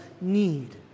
need